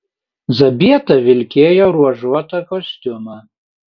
zabieta vilkėjo ruožuotą kostiumą